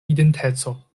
identeco